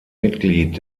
mitglied